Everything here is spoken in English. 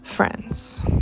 friends